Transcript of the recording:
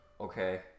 Okay